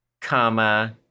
comma